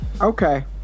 Okay